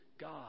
God